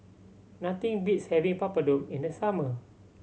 nothing beats having Papadum in the summer